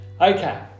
Okay